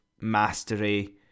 mastery